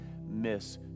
miss